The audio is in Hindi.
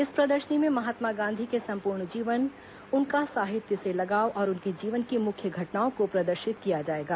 इस प्रदर्शनी में महात्मा गांधी के संपूर्ण जीवन उनका साहित्स से लगाव और उनके जीवन की मुख्य घटनाओं को प्रदर्शित किया जाएगा